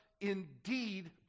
indeed